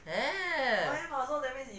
have